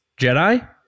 jedi